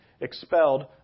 expelled